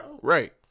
Right